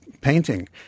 painting